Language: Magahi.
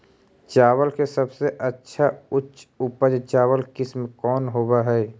चावल के सबसे अच्छा उच्च उपज चावल किस्म कौन होव हई?